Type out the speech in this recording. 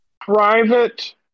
private